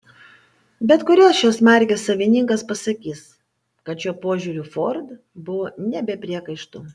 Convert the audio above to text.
bet kuris šios markės savininkas pasakys kad šiuo požiūriu ford buvo ne be priekaištų